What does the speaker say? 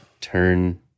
turn